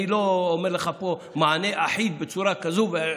אני לא אומר לך פה מענה אחיד בצורה כזאת,